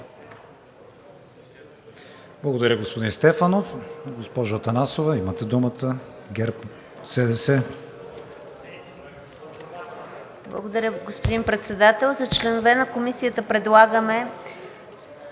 Благодаря, господин Председател. За членове на Комисията предлагаме